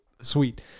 Sweet